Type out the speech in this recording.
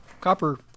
copper